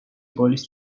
koolist